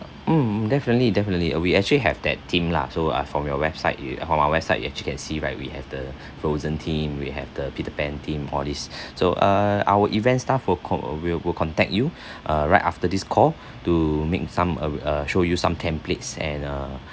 um definitely definitely uh we actually have that theme lah so uh from the website you from our website you actually can see right we have the frozen theme we have the peter pan theme all these so uh our event staff will con~ uh will will contact you uh right after this call to make some uh uh show you some templates and uh